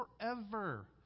forever